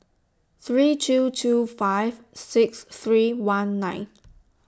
three two two five six three one nine